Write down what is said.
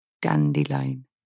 dandelion